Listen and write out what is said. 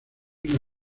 una